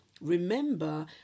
remember